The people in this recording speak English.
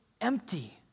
empty